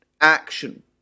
action